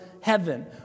heaven